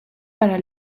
para